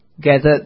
gathered